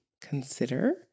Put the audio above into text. consider